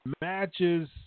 matches